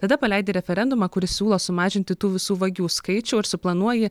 tada paleidi referendumą kuris siūlo sumažinti tų visų vagių skaičių ir suplanuoji